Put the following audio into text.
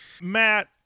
Matt